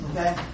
Okay